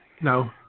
No